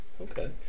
okay